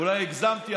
אולי הגזמתי,